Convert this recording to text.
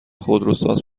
خودروساز